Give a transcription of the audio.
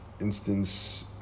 instance